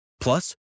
Plus